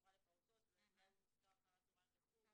מושכר אחר הצהריים לחוג, או משהו כזה